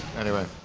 anyway.